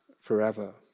forever